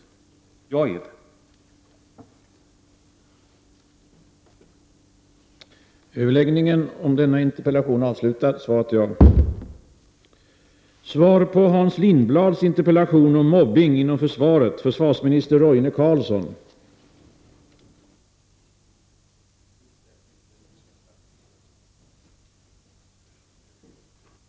Jag är beredd att instämma i detta.